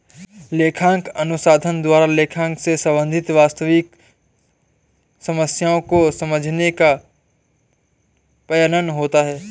लेखांकन अनुसंधान द्वारा लेखांकन से संबंधित वास्तविक समस्याओं को समझाने का प्रयत्न होता है